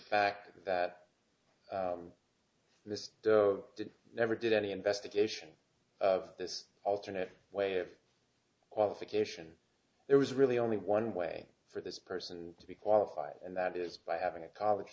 fact that this did never did any investigation of this alternate way of qualification there was really only one way for this person to be qualified and that is by having a college